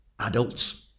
adults